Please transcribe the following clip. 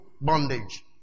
Bondage